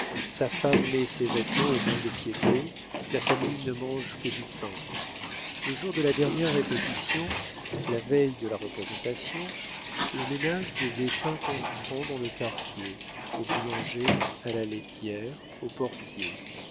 sa femme met ses vêtements au mont-de-piété la famille ne mange que du pain le jour de la dernière répétition la veille de la représentation le ménage devait cinquante francs dans le quartier au boulanger à la laitière au portier